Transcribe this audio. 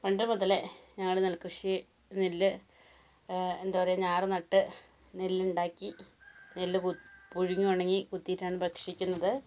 പണ്ട് മുതലേ ഞങ്ങള് നെൽകൃഷി നെല്ല് എന്താ പറയുക ഞാറ് നട്ട് നെല്ല് ഉണ്ടാക്കി നെല്ല് കു പുഴുങ്ങി ഉണങ്ങി കുത്തിയിട്ടാണ് ഭക്ഷിക്കുന്നത്